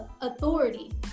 authority